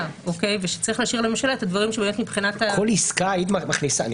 ושצריך להשאיר לממשלה את הדברים ש --- כל עסקה היית מכניסה?